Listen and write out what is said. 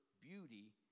beauty